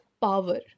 power